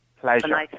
pleasure